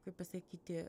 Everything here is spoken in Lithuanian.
kaip pasakyti